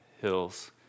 hills